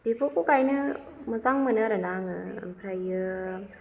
बेफोरखौ गायनो मोजां मोनो आरोना आङो ओमफ्रायो